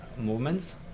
movements